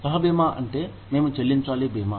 సహాబీమా అంటే మేము చెల్లించాలి భీమా